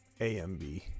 AMB